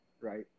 right